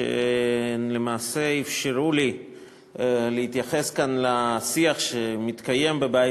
שלמעשה אפשרו לי להתייחס כאן לשיח שמתקיים בבית